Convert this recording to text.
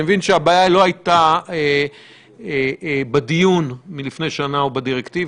אני מבין שהבעיה לא הייתה בדיון מלפני שנה או בדירקטיבה.